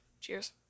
Cheers